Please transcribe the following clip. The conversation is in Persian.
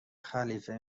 خلیفه